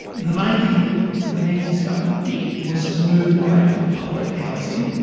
the main thing that the menzies government did was to move away from public housing.